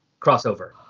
crossover